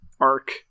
arc